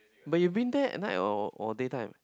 but you been there at night or or day time